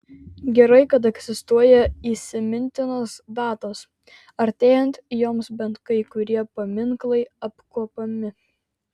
gerai kad egzistuoja įsimintinos datos artėjant joms bent kai kurie paminklai apkuopiami